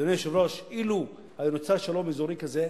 אדוני היושב-ראש, אילו היה נוצר שלום אזורי כזה,